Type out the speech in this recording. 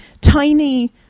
tiny